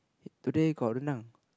today got rendang